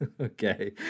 Okay